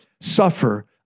suffer